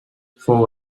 fou